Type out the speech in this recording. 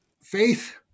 faith